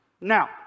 Now